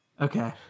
Okay